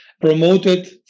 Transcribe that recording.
promoted